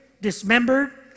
dismembered